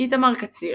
איתמר קציר,